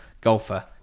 golfer